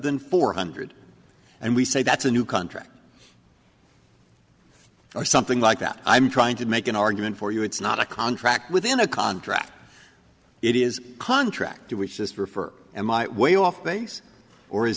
than four hundred and we say that's a new contract or something like that i'm trying to make an argument for you it's not a contract within a contract it is contractor we just refer and my way off base or is